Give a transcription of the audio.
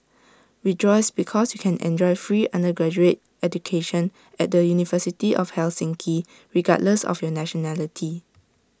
rejoice because you can enjoy free undergraduate education at the university of Helsinki regardless of your nationality